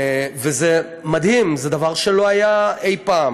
וזה מדהים, זה דבר שלא היה אי-פעם.